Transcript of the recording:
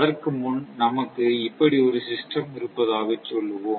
அதற்கு முன் நமக்கு இப்படி ஒரு சிஸ்டம் இருப்பதாக சொல்லுவோம்